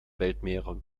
weltmeere